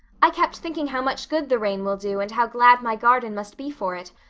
i kept thinking how much good the rain will do and how glad my garden must be for it,